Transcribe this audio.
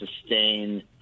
sustain